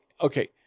Okay